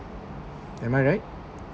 am I right